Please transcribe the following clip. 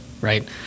right